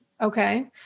Okay